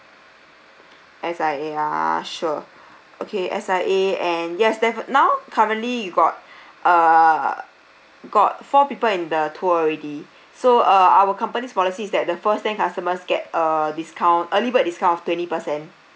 S_I_A ah sure okay S_I_A and yes def~ now currently you got uh got four people in the tour already so uh our company's policy is that the first ten customers get a discount early bird of twenty percent